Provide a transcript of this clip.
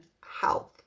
health